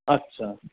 अच्छा